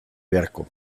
beharko